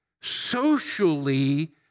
socially